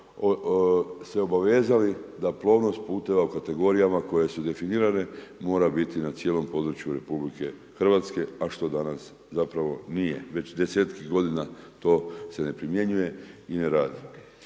se obavezali da plovnost puteva u kategorijama koje su definirane mora biti na cijelom području RH a što danas zapravo nije, već desetke godina to se ne primjenjuje i ne radi.